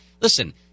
Listen